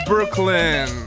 Brooklyn